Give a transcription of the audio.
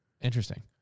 Interesting